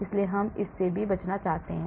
इसलिए हम इससे भी बचना चाहते हैं